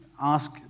ask